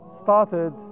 started